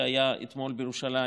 שהיה אתמול בירושלים,